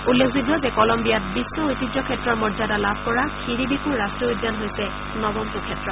উল্লেখযোগ্য যে কলম্বিয়াত বিশ্ব ঐতিহ্যক্ষেত্ৰ মৰ্যদা লাভ কৰা খিৰিবিকো ৰাষ্ট্ৰীয় উদ্যান হৈছে নৱমটো ক্ষেত্ৰ